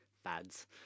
fads